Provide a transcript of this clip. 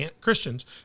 Christians